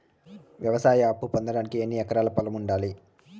వ్యవసాయ అప్పు పొందడానికి ఎన్ని ఎకరాల పొలం ఉండాలి?